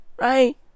Right